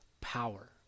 power